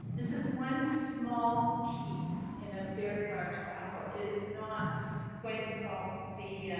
this is one small piece in a very large puzzle. it is not going to solve the